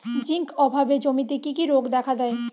Zinc অভাবে জমিতে কি কি রোগ দেখাদেয়?